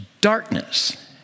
darkness